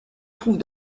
trouve